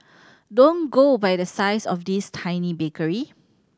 don't go by the size of this tiny bakery